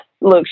Look